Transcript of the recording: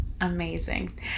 amazing